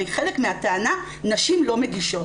הרי חלק מהטענה היא 'נשים לא מגישות'.